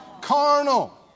carnal